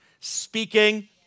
speaking